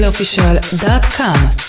official.com